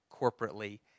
corporately